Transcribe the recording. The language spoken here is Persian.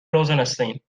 روزناستین